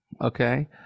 Okay